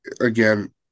again